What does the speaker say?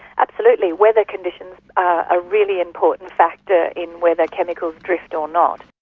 absolutely. weather conditions are a really important factor in whether chemicals drift or not.